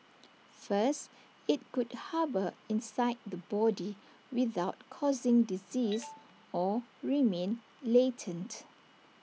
first IT could harbour inside the body without causing disease or remain latent